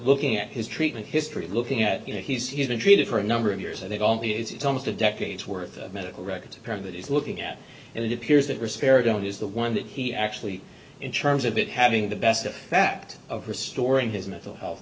looking at his treatment history looking at you know he's he's been treated for a number of years i think all the it's almost a decade's worth of medical records apparent that he's looking at it appears that risperidone is the one that he actually in terms of it having the best effect of restoring his mental health